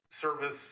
service